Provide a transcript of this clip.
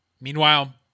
Meanwhile